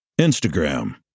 instagram